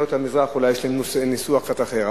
אולי לעדות המזרח יש ניסוח קצת אחר.